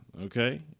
Okay